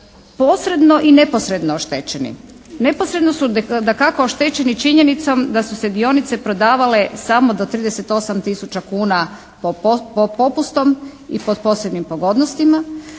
posredno i neposredno oštećeni. Neposredno su dakako oštećeni činjenicom da su se dionice prodavale samo do 38 tisuća kuna po, popustom i pod posebnim pogodnostima.